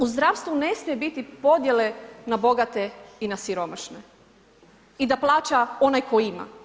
U zdravstvu ne smije biti podjele na bogate i na siromašne i da plaća onaj tko ima.